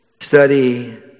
study